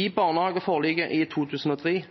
I barnehageforliket i 2003